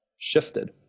shifted